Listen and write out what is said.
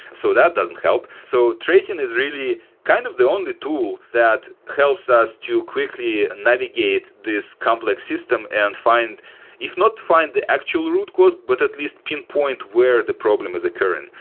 so that doesn't help. so tracing is really kind of the only tool that helps us to quickly navigate this complex system and find if not find the actual root cause, but at least pinpoint where the problem is occurring.